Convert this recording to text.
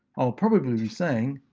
i'll probably be saying,